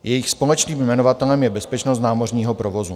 Jejich společným jmenovatelem je bezpečnost námořního provozu.